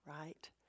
right